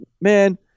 man